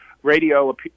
radio